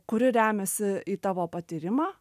kuri remiasi į tavo patyrimą